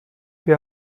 wir